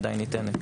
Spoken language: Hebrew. היא עדיין ניתנת.